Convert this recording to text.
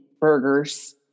burgers